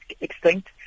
extinct